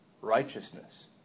Righteousness